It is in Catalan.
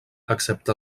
excepte